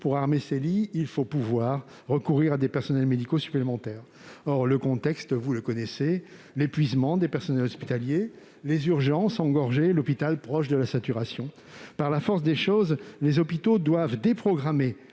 Pour armer ces lits, il faut pouvoir recourir à des personnels médicaux supplémentaires. Or le contexte vous est connu : épuisement des personnels hospitaliers, urgences engorgées, hôpital proche de la saturation. Par la force des choses, les hôpitaux doivent déprogrammer